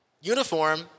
uniform